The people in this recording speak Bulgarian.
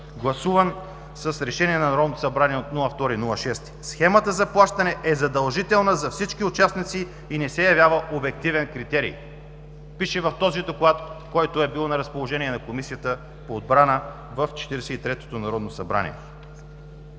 гласуван с решение на Народното събрание от 2 юни. Схемата за плащане е задължителна за всички участници и не се явява обективен критерий“ – пише в този Доклад, който е бил на разположение на Комисията по отбрана в Четиридесет и третото народно събрание.